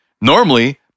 Normally